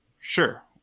sure